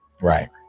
right